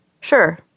Sure